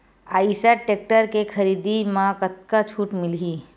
Eicher tractor के खरीदी म कतका छूट मिलही?